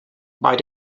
bei